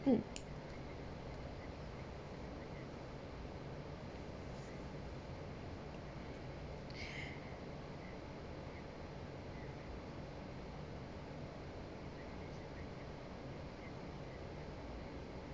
mm